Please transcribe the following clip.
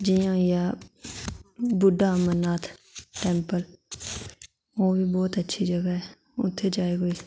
जि'यां होइया बुड्ढा अमरनाथ टैम्पल ओह्बी बहुत अच्छी जगह ऐ उत्थै जा कोई